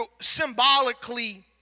symbolically